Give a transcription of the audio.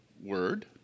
word